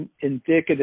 indicative